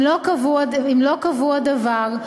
אם לא קבוע דבר,